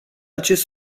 acest